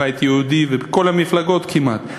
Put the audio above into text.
הבית היהודי וכל המפלגות כמעט,